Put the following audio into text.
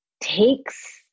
takes